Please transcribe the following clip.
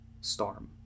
Storm